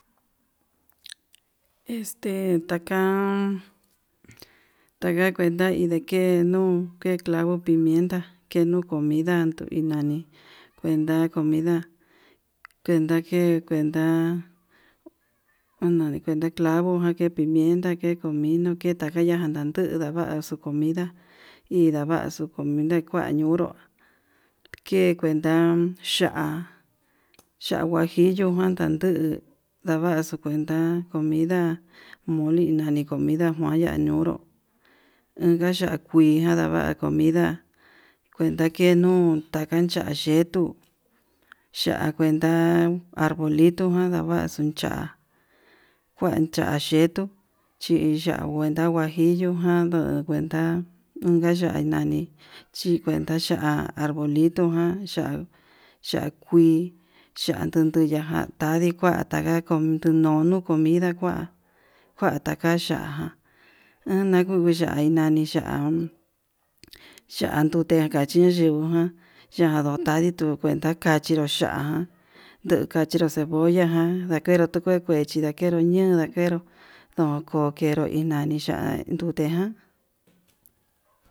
Este takan tanda kuenta indene nuu uun ke clavo pimienta, kenuu comida iin nani kuenta comida kuenta ke kuenta unani kuenta clavojan, ke pimienta, ke comino ke takaya kuntandu ndavaxu comida indaxu comida kua ñunruu ke cuenta ya'á, ya'á huajillo kua nanduu ndavaxu kuenta comida moli nani comida kuanña ñunru inka ya'á kuii ñandava comida kuenta kenuu takua yetuu, ya'a kuenta arbolito nadavaxu cha'a, kuan ya'a yetuu chi ya'a kuenta huajillo janduu kuenta unka ya'á nani chi kuenta ya'á arbolito jan ya'á ya'á kuii ya nunduya tadii inkua taka ku tununu comida kua, kua taka ya'á an uu takuni ya'á keinani ya'á ya'á ndute kachuu ya'a ndotandito kue ndacharó ya'á jan nduu kachiro cebolla jan ndakeru tuu kue kuechi ndakenro ñuu ndakero ndoko kenru iin nani ya'a nruján.